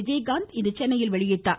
விஜயகாந்த் இன்று சென்னையில் வெளியிட்டார்